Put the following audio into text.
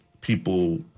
people